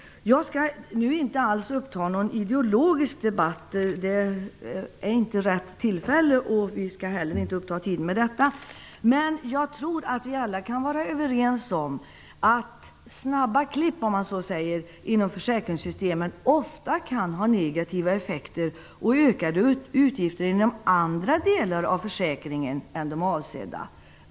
Jag skall nu inte alls starta någon ideologisk debatt. Det är inte rätt tillfälle, och vi skall heller inte uppta tid med detta. Men jag tror att vi alla kan vara överens om att snabba klipp inom försäkringssystemen ofta kan ha negativa effekter och leda till ökade utgifter inom andra delar av försäkringen än de avsedda.